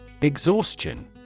exhaustion